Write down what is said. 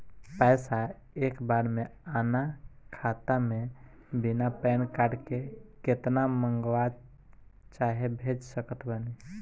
पैसा एक बार मे आना खाता मे बिना पैन कार्ड के केतना मँगवा चाहे भेज सकत बानी?